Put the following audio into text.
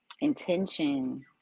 intention